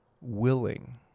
willing